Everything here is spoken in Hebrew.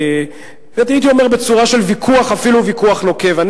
והייתי אומר שבצורה של ויכוח ואפילו ויכוח נוקב.